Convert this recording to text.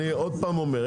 אני עוד פעם אומר,